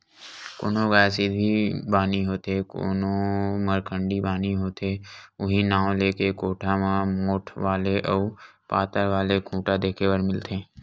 कोनो गाय सिधवी बानी होथे कोनो मरखंडी बानी होथे उहीं नांव लेके कोठा मन म मोठ्ठ वाले अउ पातर वाले खूटा देखे बर मिलथे